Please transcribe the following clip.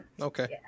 okay